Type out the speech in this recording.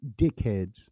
dickheads